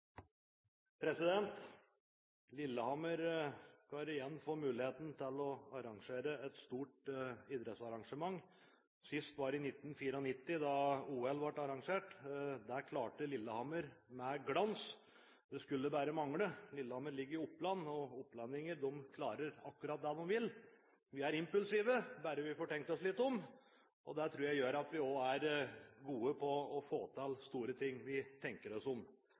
Sist var i 1994 da OL ble arrangert. Det klarte Lillehammer med glans. Det skulle bare mangle! Lillehammer ligger i Oppland, og opplendinger klarer akkurat det de vil. Vi er impulsive bare vi får tenkt oss litt om! Det tror jeg gjør at vi er gode på å få til store ting – vi tenker oss om.